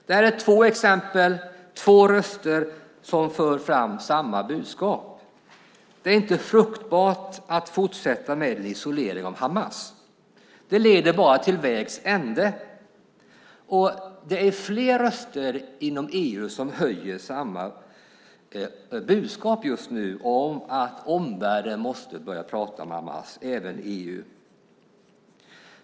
Det här är två exempel, två röster som för fram samma budskap. Det är inte fruktbart att fortsätta med en isolering av Hamas. Det leder bara till vägs ände. Och det är fler som just nu höjer sina röster inom EU och har samma budskap, att omvärlden måste börja prata med Hamas, även EU.